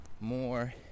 more